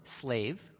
slave